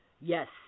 Yes